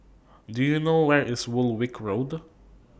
Do YOU know Where IS Woolwich Road